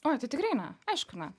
oi tai tikrai ne aišku ne